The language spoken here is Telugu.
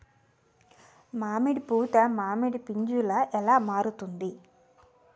మామిడి పూత మామిడి పందుల ఎలా మారుతుంది?